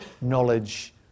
knowledge